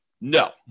No